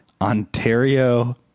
ontario